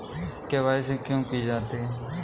KYC क्यों की जाती है?